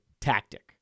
tactic